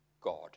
God